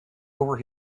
over